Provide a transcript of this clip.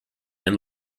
and